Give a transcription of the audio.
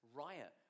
riot